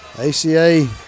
ACA